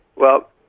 well,